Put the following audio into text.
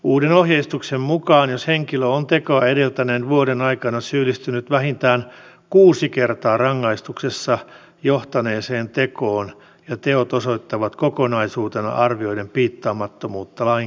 uuden ohjeistuksen mukaan jos henkilö on tekoa edeltäneen vuoden aikana syyllistynyt vähintään kuusi kertaa rangaistukseen johtaneeseen tekoon ja teot osoittavat kokonaisuutena arvioiden piittaamattomuutta lain kielloista ja käskyistä